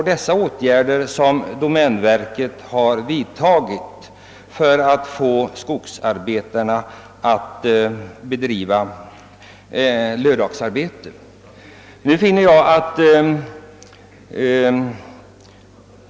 Dessa åtgärder har domänverket tydligen vidtagit för att få skogsarbetarna att utföra lördagsarbete.